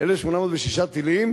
1806 טילים,